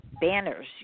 banners